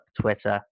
Twitter